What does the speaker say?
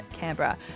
Canberra